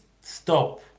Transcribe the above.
stop